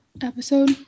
episode